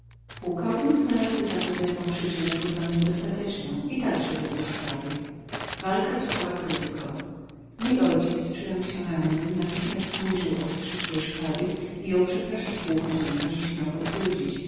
pułkownik znalazł zapewne tę przyczynę zupełnie dostateczną i także dobył szpady walka krótko trwała mój ojciec czując się rannym natychmiast zniżył ostrze swej szpady i jął przepraszać pułkownika że śmiał go trudzić